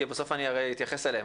כי בסוף אני אתייחס אליהן,